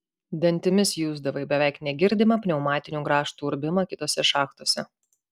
dantimis jusdavai beveik negirdimą pneumatinių grąžtų urbimą kitose šachtose